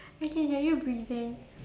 I can hear you breathing